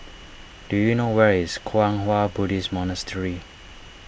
do you know where is Kwang Hua Buddhist Monastery